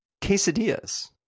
Quesadillas